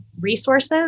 resources